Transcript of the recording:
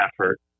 effort